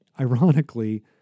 ironically